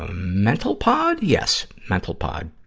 ah mentalpod? yes, mentalpod.